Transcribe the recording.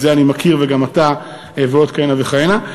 את זה אני מכיר וגם אתה, ועוד כהנה וכהנה.